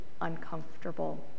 uncomfortable